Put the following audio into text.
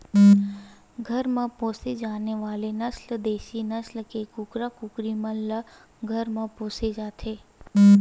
घर म पोसे जाने वाले नसल देसी नसल के कुकरा कुकरी मन ल घर म पोसे जाथे